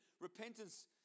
repentance